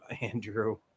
Andrew